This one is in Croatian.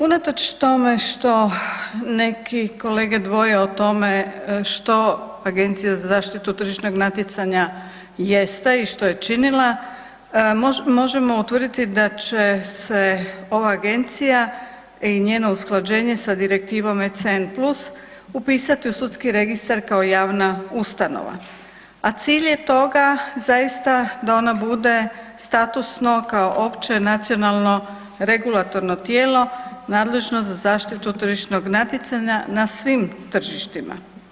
Unatoč tome što neki kolege dvoje o tome što Agencija za zaštitu tržišnog natjecanja jeste i što je činila, možemo utvrditi da će se ova Agencija i njeno usklađenje sa direktivom ECN plus upisati u sudski registar kao javna ustanova, a cilj je toga zaista da ona bude statusno kao opće nacionalno regulatorno tijelo nadležno za zaštitu tržišnog natjecanja na svim tržištima.